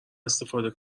استفاده